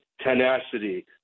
tenacity